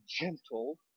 gentle